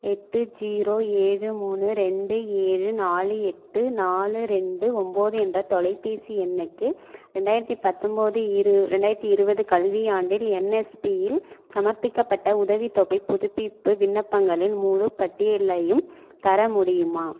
எட்டு ஜீரோ ஏழு மூணு ரெண்டு ஏழு நாலு எட்டு நாலு ரெண்டு ஒன்போது என்ற தொலைபேசி எண்ணுக்கு ரெண்டாயிரத்தி பத்தொம்பது இரு ரெண்டாயிரத்தி இருபது கல்வியாண்டில் என்எஸ்பியில் சமர்ப்பிக்கப்பட்ட உதவித்தொகைப் புதுப்பிப்பு விண்ணப்பங்களின் முழுப் பட்டியலையும் தர முடியுமா